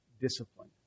discipline